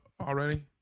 already